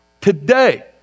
Today